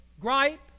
gripe